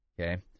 Okay